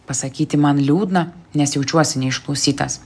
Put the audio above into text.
pasakyti man liūdna nes jaučiuosi neišklausytas